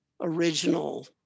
original